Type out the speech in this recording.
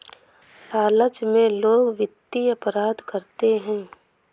लालच में लोग वित्तीय अपराध करते हैं